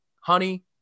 honey